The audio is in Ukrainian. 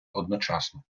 одночасно